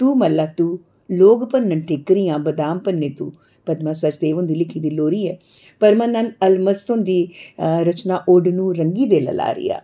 तू मल्लहा तू लोक भन्नन ठीकरियां बदाम भन्ने तूं पदमा सचदेव होंदा लिखी दी लौरी ऐ परमानंद अलमस्त हुंदी रचना औडनू रंगी दे ललारिया